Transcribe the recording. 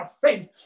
face